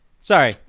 sorry